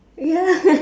ya